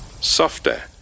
softer